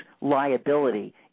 liability